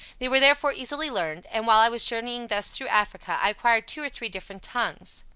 they were therefore easily learned and, while i was journeying thus through africa, i acquired two or three different tongues.